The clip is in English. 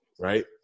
right